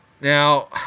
Now